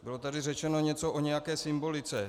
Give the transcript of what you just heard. Bylo tady řečeno něco o nějaké symbolice.